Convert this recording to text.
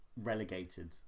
Relegated